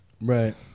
Right